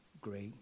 great